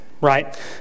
right